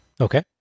Okay